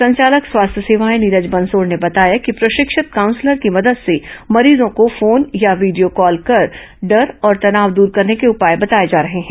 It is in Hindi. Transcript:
संचालक स्वास्थ्य सेवाएं नीरज बंसोर्ड ने बताया कि प्रशिक्षित काउंसलर की मदद से मरीजों को फोन या वीडियो कॉल कर डर और तनाव दर करने के उपाय बताए जा रहे हैं